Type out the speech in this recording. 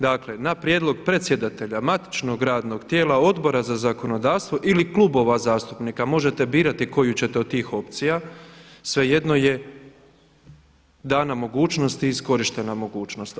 Dakle, „Na prijedlog predsjedatelja matičnog radnog tijela, Odbora za zakonodavstvo ili klubova zastupnika…“, možete birati koju ćete od tih opcija, svejedno je dana mogućnost i iskorištena mogućnost.